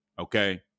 Okay